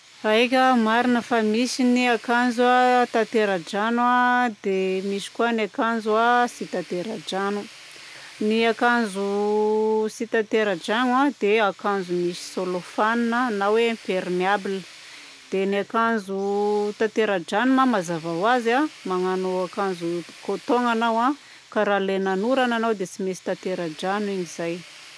Aika, marina fa misy ny akanjo a tantera-drano a, dia misy koa ny akanjo a tsy tantera-drano. Ny akanjo tsy tantera-drano a dia akanjo misy saolaofanina na hoe imperméable. Dia ny akanjo tantera-drano ma mazava ho azy agnano akanjo coton ianao a ka raha lenan'ny oragna anao dia tsy maintsy tantera-drano igny izay.